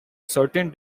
certain